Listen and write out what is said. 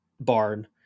barn